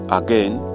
again